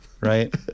right